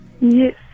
Yes